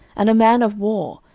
and a man of war,